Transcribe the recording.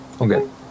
Okay